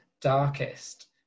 darkest